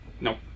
Nope